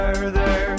Further